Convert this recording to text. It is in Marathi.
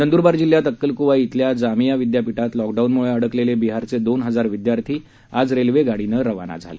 नंद्रबार जिल्ह्यात अक्कलक्वा इथल्या जामीया विद्यापीठात लॉकडाउनम्ळे अडकलेले बिहारचे दोन हजार विदयार्थी आज रेल्वे गाडीनं रवाना झाले